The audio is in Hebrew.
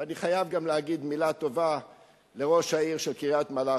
ואני חייב גם להגיד מלה טובה לראש העיר של קריית-מלאכי.